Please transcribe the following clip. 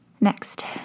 Next